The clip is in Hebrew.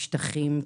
משטחים,